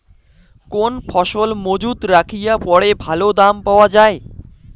কোন ফসল মুজুত রাখিয়া পরে ভালো দাম পাওয়া যায়?